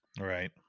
right